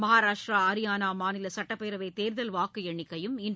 மகாராஷ்ட்டிரா ஹரியானா மாநில சட்டப்பேரவை தேர்தல் வாக்கு எண்ணிக்கையும் இன்று